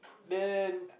then